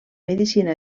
medicina